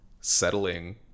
settling